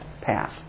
path